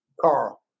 Carl